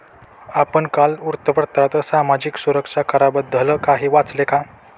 आपण काल वृत्तपत्रात सामाजिक सुरक्षा कराबद्दल काही वाचले का?